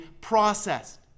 processed